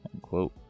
quote